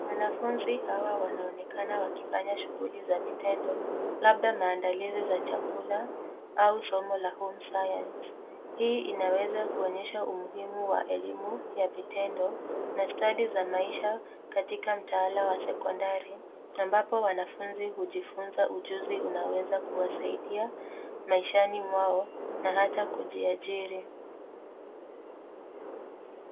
Wanafunzi hawa wanaonekana wakifanya shughuli za vitendo, labda maandalizi za chakula au somo la Home Science. Hii inaweza kuonyesha umuhimu wa elimu ya vitendo na stadi za maisha katika mtaala wa sekondari, ambapo wanafunzi hujifunza ujuzi unaoweza kuwasaidia maishani mwao na hata kujiajiri.